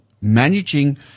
managing